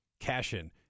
cash-in